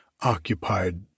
occupied